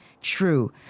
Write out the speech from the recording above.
true